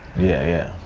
yeah, yeah.